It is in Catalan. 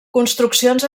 construccions